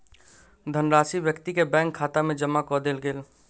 धनराशि व्यक्ति के बैंक खाता में जमा कअ देल गेल